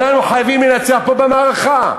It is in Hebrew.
אנחנו חייבים לנצח פה במערכה,